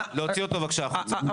להוציא אותו בבקשה החוצה.